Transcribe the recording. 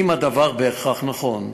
הדבר אינו בהכרח נכון.